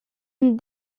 une